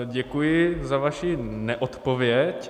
Děkuji za vaši neodpověď.